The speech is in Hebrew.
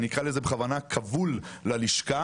אני אקרא לזה בכוונה כבול ללשכה,